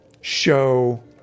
show